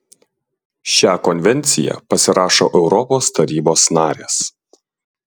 šią konvenciją pasirašo europos tarybos narės